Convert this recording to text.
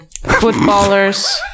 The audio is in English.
Footballers